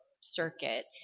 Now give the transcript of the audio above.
circuit